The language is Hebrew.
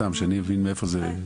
שאני אבין מאיפה זה.